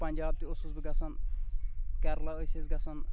پنٛجاب تہِ اوسُس بہٕ گژھان کیرلہ ٲسۍ أسۍ گژھان